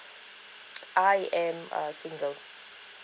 I am uh single